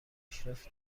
مشرف